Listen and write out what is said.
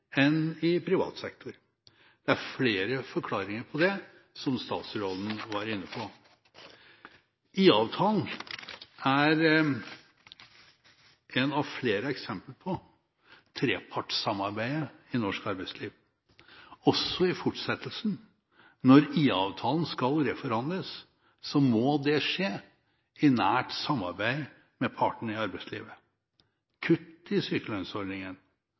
enn i privat sektor. Det er flere forklaringer på det, som statsråden var inne på. IA-avtalen er en av flere eksempler på trepartssamarbeidet i norsk arbeidsliv. Når IA-avtalen skal reforhandles, må det også i fortsettelsen skje i nært samarbeid med partene i arbeidslivet. Kutt i sykelønnsordningen,